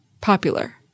popular